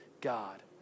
God